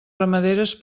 ramaderes